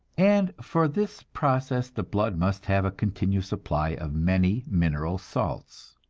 and for this process the blood must have a continual supply of many mineral salts.